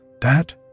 That